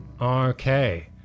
Okay